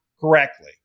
correctly